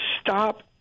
stop